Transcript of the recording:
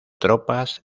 tropas